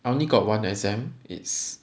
I only got one exam it's